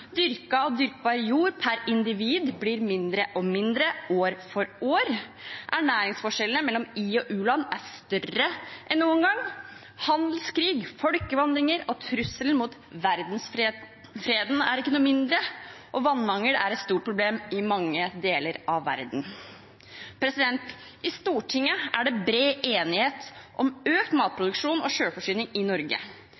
og dyrkbar jord per individ blir mindre og mindre år for år. Ernæringsforskjellene mellom i-land og u-land er større enn noen gang. Handelskrig, folkevandringer og trussel mot verdensfreden er ikke noe mindre. Og vannmangel er et stort problem i mange deler av verden. I Stortinget er det bred enighet om økt